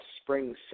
Spring